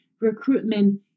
recruitment